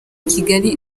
kigali